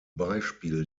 beispiel